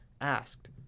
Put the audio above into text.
asked